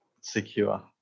secure